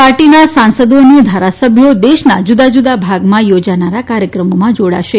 પાર્ટીના સાંસદો અને ધારાસભ્યો દેશના જુદાજુદા ભાગમાં યોજાનારા કાર્યક્રમોમાં જોડાશે